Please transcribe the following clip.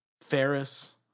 Ferris